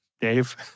Dave